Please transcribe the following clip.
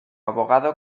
abogado